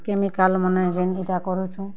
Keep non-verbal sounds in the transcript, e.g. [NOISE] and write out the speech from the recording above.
chemical ମାନେ [UNINTELLIGIBLE] କରୁଛୁଁ